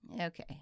Okay